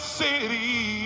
city